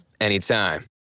anytime